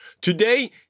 Today